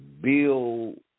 build